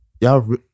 Y'all